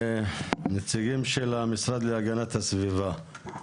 הנציגים של המשרד להגנת הסביבה,